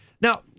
now